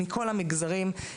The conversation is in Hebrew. מכל המגזרים,